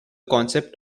concept